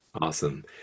Awesome